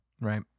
Right